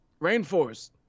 Rainforest